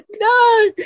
no